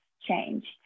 changed